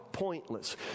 pointless